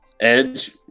edge